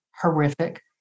horrific